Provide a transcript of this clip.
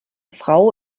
frau